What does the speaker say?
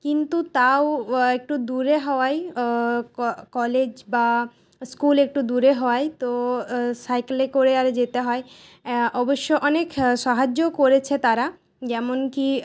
কিন্তু তাও একটু দূরে হওয়াই ক কলেজ বা স্কুল একটু দূরে হওয়াই তো সাইকেলে করে আর যেতে হয় অবশ্য অনেক সাহায্যও করেছে তারা যেমন কি